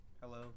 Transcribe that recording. Hello